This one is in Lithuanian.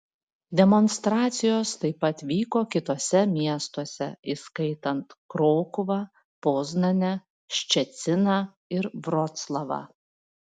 demonstracijos taip pat vyko kituose miestuose įskaitant krokuvą poznanę ščeciną ir vroclavą